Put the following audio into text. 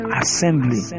assembly